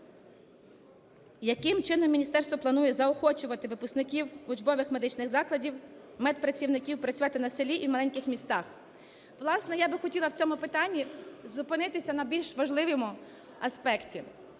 Яким чином міністерство планує заохочувати випускників учбових медичних закладів, медпрацівників працювати на селі в маленьких містах. Власне, я би хотіла в цьому питанні зупинитися на більш важливому аспекті.